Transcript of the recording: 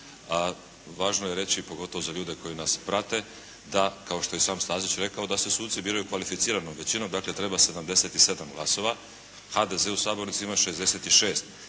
a važno je reći pogotovo za ljude koji nas prate da kao što je i sam Stazić rekao biraju kvalificiranom većinom, dakle treba 77 glasova. HDZ u sabornici ima 66.